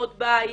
לאמהות בית,